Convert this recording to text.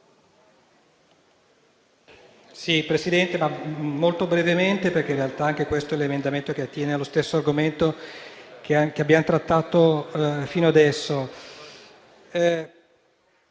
Presidente, intervengo molto brevemente perché, in realtà, questo emendamento attiene allo stesso argomento che abbiamo trattato fino adesso.